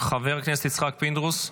חבר הכנסת יצחק פינדרוס,